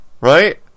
right